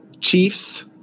Chiefs